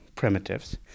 primitives